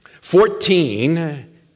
Fourteen